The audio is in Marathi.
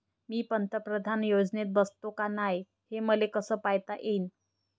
मी पंतप्रधान योजनेत बसतो का नाय, हे मले कस पायता येईन?